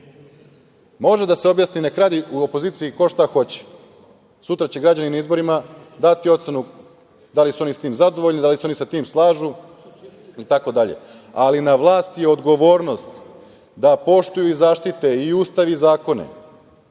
da se objasni, nek radi u opoziciji ko šta hoće, sutra će građani na izborima dati ocenu da li su oni sa tim zadovoljni, da li se oni sa tim slažu itd. ali na vlasti je odgovornost da poštuju i zaštite i Ustav i zakone,